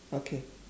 okay